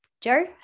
Joe